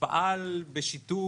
פעל בשיתוף.